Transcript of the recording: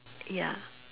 ya